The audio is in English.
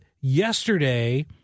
yesterday